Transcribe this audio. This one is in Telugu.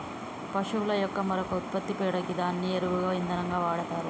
పశువుల యొక్క మరొక ఉత్పత్తి పేడ గిదాన్ని ఎరువుగా ఇంధనంగా వాడతరు